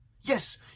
Yes